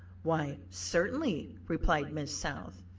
why, certainly, replied miss south,